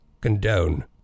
condone